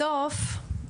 בסוף,